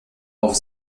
auf